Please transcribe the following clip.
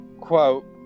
quote